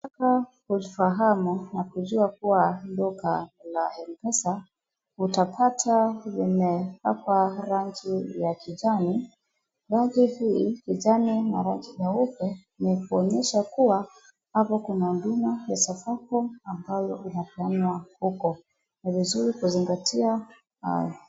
Ukitaka kufahamu na kujua kuwa duka la M-pesa utapata limepakwa rangi ya kijani. Rangi hii kijani na rangi jeupe ni ya kuonyesha kuwa hapo kuna huduma ya safaricom ambayo inafanya uko. Ni vizuri kuzingatia hayo.